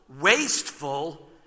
wasteful